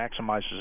maximizes